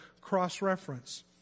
cross-reference